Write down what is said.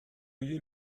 you